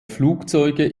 flugzeuge